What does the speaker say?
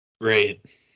Great